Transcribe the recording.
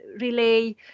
relay